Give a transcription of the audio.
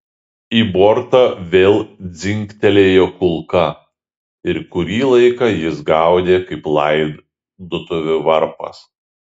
į bortą vėl dzingtelėjo kulka ir kurį laiką jis gaudė kaip laidotuvių varpas